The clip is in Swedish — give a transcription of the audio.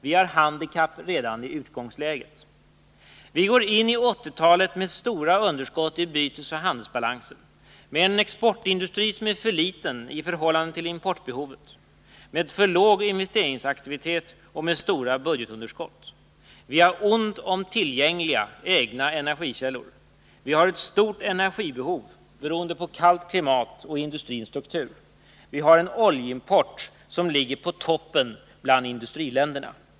Vi har handikapp redan i utgångsläget. Vi går in i 1980-talet med stora underskott i bytesoch handelsbalansen, med en exportindustri som är för liten i förhållande till importbehovet, med för låg investeringsaktivitet och med stora budgetunderskott. Vi har ont om tillgängliga egna energikällor. Vi har ett stort energibehov beroende på kallt klimat och industrins struktur. Vi har en oljeimport som ligger på toppen bland industriländerna.